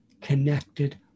connected